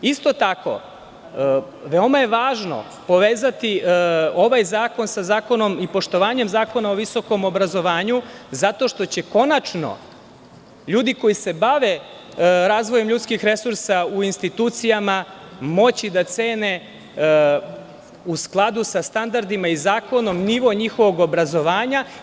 Isto tako, veoma je važno povezati ovaj zakon sa poštovanjem Zakona o visokom obrazovanju, zato što će konačno ljudi koji se bave razvojem ljudskih resursa u institucijama moći da cene u skladu sa standardima i zakonom nivo njihovog obrazovanja.